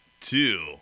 two